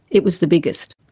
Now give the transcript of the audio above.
it was the biggest.